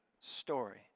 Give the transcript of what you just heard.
story